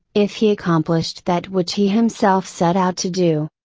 if he accomplished that which he himself set out to do.